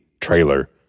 trailer